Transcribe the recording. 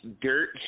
dirt